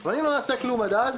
אבל אם לא נעשה כלום עד אז